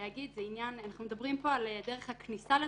להגיד זה שאנחנו מדברים על דרך הכניסה לתפקיד,